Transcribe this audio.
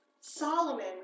Solomon